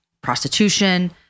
prostitution